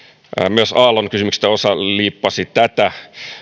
myös aallon kysymyksistä osa liippasi tätä